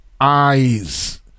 eyes